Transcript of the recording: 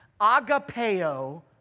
agapeo